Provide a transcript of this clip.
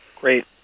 Great